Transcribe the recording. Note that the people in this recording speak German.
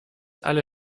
alle